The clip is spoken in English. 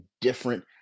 different